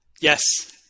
Yes